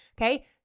Okay